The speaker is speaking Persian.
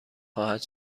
خواهد